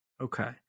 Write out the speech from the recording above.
Okay